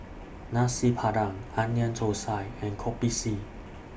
Nasi Padang Onion Thosai and Kopi C